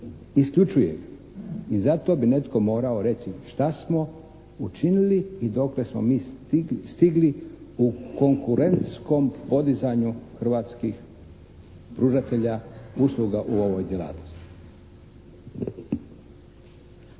Isključuje ih i zato bi netko morao reći šta smo učinili i dokle smo mi stigli u konkurentskom podizanju hrvatskih pružatelja usluga u ovoj djelatnosti.